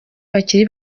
bakiri